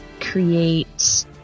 create